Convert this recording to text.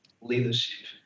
leadership